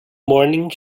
morning